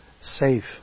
safe